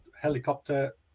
helicopter